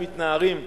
הם מתנערים.